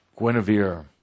Guinevere